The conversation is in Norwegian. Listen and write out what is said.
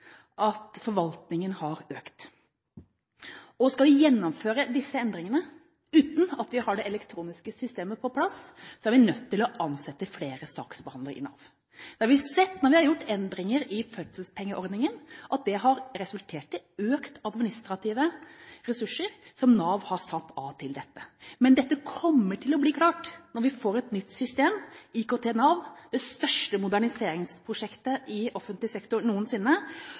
at forvaltningen har økt. Skal vi gjennomføre disse endringene uten at vi har det elektroniske systemet på plass, er vi nødt til å ansette flere saksbehandlere i Nav. Det har vi sett når vi har gjort endringer i fødselspengeordningen, at det har resultert i økte administrative ressurser som Nav har satt av til dette. Men dette kommer til å bli klart når vi får et nytt system – Nav IKT – det største moderniseringsprosjektet i offentlig sektor